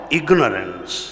ignorance